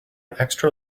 extra